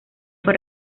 fue